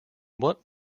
what